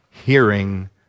hearing